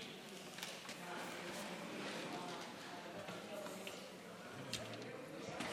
אני מבקש, חבר הכנסת,